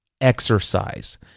exercise